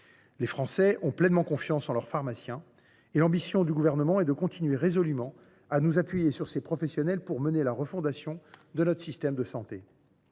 Les Français ont pleinement confiance en leurs pharmaciens ; nous devons, résolument, continuer à nous appuyer sur ces professionnels pour mener la refondation de notre système de santé.